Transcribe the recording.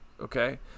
okay